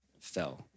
fell